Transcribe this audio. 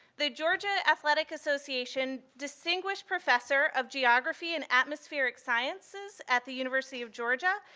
the georgia athletic association distinguished professor of geography and atmospheric sciences at the university of georgia,